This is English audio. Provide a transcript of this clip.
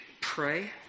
pray